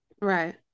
Right